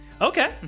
Okay